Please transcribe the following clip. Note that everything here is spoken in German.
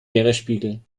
meeresspiegel